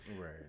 Right